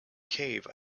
cave